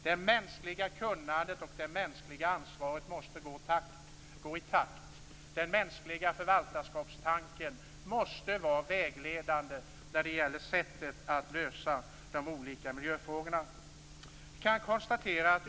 Det mänskliga kunnandet och det mänskliga ansvaret måste gå i takt. Den mänskliga förvaltarskapstanken måste vara vägledande för sättet att lösa de olika miljöfrågorna.